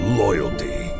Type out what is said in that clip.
loyalty